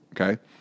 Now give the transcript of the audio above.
okay